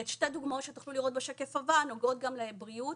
שתי דוגמאות שתוכלו לראות בשקף הבא נוגעות גם לבריאות.